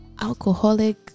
alcoholic